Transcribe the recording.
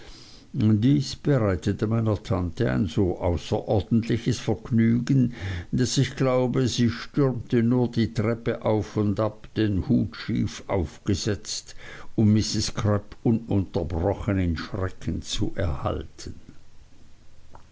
dies bereitete meiner tante ein so außerordentliches vergnügen daß ich glaube sie stürmte nur die treppe auf und ab den hut schief aufgesetzt um mrs crupp ununterbrochen in schrecken zu erhalten